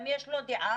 האם יש לו דעה,